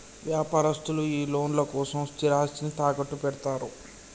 వ్యాపారస్తులు ఈ లోన్ల కోసం స్థిరాస్తిని తాకట్టుపెడ్తరు